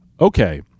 okay